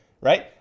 right